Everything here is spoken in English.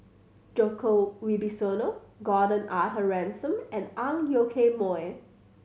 Djoko Wibisono Gordon Arthur Ransome and Ang Yoke Mooi